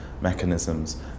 mechanisms